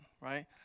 right